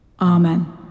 Amen